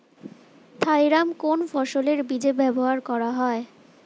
Thiram কোন ফসলের বীজে ব্যবহার করা হয়?